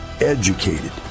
educated